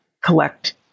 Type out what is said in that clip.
collect